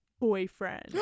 boyfriend